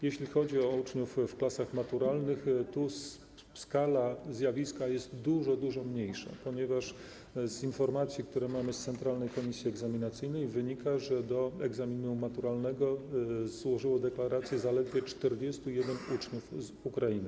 Jeśli chodzi o uczniów w klasach maturalnych, to tu skala zjawiska jest dużo, dużo mniejsza, ponieważ z informacji, które mamy z Centralnej Komisji Egzaminacyjnej, wynika, że w sprawie egzaminu maturalnego złożyło deklaracje zaledwie 41 uczniów z Ukrainy.